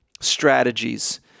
strategies